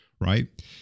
right